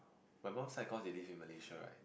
my mum side cause they live in Malaysia right